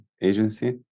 agency